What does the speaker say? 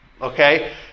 okay